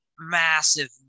Massive